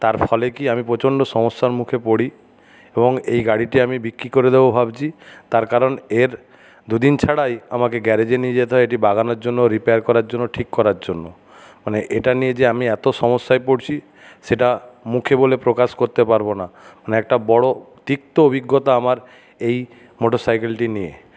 তার ফলে কি আমি প্রচণ্ড সমস্যার মুখে পড়ি এবং এই গাড়িটি আমি বিক্রি করে দেব ভাবছি তার কারণ এর দুদিন ছাড়াই আমাকে গ্যারেজে নিয়ে যেতে হয় এটি বাগানোর জন্য রিপেয়ার করার জন্য ঠিক করার জন্য মানে এটা নিয়ে যে আমি এতো সমস্যায় পড়ছি সেটা মুখে বলে প্রকাশ করতে পারবো না মানে একটা বড়ো তিক্ত অভিজ্ঞতা আমার এই মোটর সাইকেলটি নিয়ে